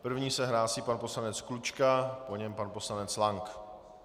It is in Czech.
První se hlásí pan poslanec Klučka, po něm pan poslanec Lank.